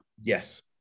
Yes